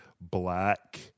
black